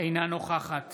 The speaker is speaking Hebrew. אינה נוכחת